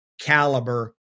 caliber